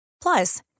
Plus